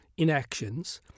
inactions